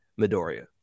Midoriya